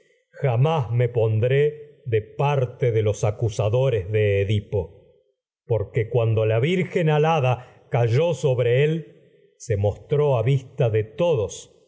por los hechos jamás parte de los acusadores de edipo pondré de porque cuando la a virgen alada cayó lleno de sobre él y se mostró la vista de todos